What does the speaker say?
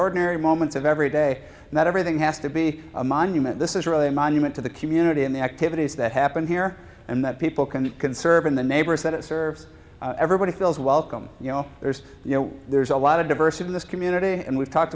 ordinary moments of every day and that everything has to be a monument this is really a monument to the community and the activities that happen here and that people can conserve and the neighbors that it serves everybody feels welcome you know there's you know there's a lot of diversity in this community and we've talk